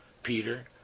Peter